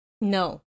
No